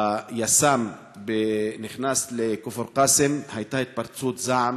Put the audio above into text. היס"מ נכנס לכפר קאסם, והייתה התפרצות זעם,